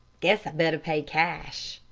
guess i better pay cash,